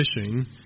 fishing